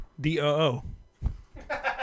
D-O-O